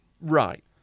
Right